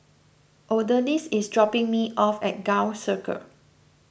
Odalys is dropping me off at Gul Circle